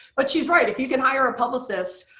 but she's right, if you can hire a publicist,